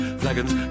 flagons